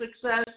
success